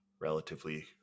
relatively